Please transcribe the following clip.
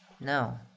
No